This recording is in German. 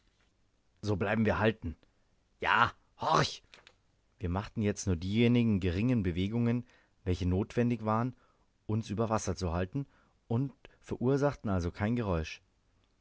so bleiben wir halten ja horch wir machten jetzt nur diejenigen geringen bewegungen welche notwendig waren uns über wasser zu halten und verursachten also kein geräusch